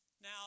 Now